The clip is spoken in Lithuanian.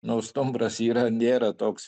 nu stumbras yra nėra toks